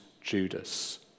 Judas